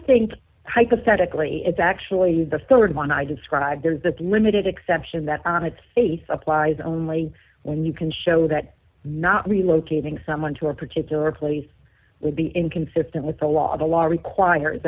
think hypothetically it's actually the rd one i described there is the limited exception that on its face applies only when you can show that not relocating someone to a particular place would be inconsistent with the law the law requires